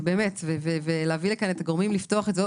באמת, ולהביא לכאן את הגורמים, לפתוח את זה עוד.